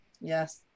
Yes